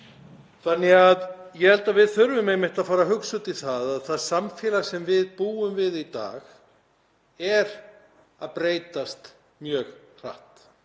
bakgrunn. Ég held að við þurfum einmitt að fara að hugsa út í það að það samfélag sem við búum við í dag er að breytast mjög hratt.